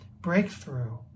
breakthrough